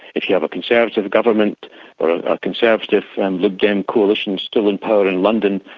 if you have a conservative government or a conservative and lib dem coalition still in power in london,